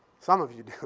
some of you